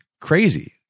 crazy